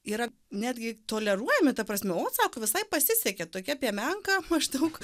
yra netgi toleruojami ta prasme o sako visai pasisekė tokia piemenka maždaug